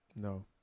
No